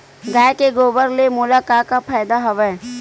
गाय के गोबर ले मोला का का फ़ायदा हवय?